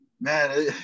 man